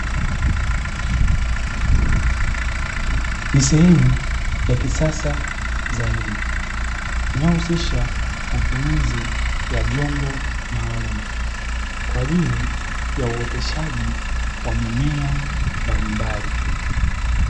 Ni sehemu ya kisasa zaidi, inayohusisha matumizi ya vyombo maalumu kwa ajili ya uoteshaji wa mimea mbalimbali.